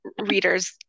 readers